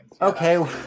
Okay